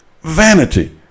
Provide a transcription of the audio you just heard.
vanity